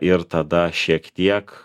ir tada šiek tiek